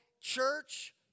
church